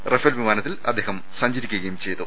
Rafale വിമാനത്തിൽ അദ്ദേഹം സഞ്ചരിക്കുകയും ചെയ്തു